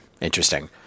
interesting